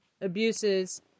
abuses